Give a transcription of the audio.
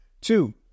Two